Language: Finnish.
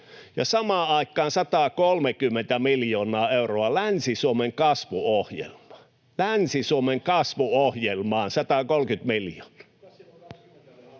samaan aikaan 130 miljoonaa euroa Länsi-Suomen kasvuohjelmaan — Länsi-Suomen kasvuohjelmaan 130 miljoonaa.